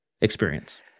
experience